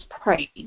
praise